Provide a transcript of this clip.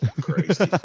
crazy